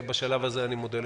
בשלב הזה אני מודה לכולם.